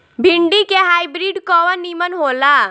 भिन्डी के हाइब्रिड कवन नीमन हो ला?